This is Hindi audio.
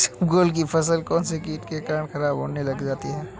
इसबगोल की फसल कौनसे कीट के कारण खराब होने लग जाती है?